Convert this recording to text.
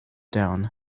down